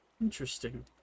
Interesting